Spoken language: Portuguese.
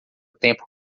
tempo